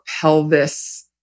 pelvis